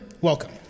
welcome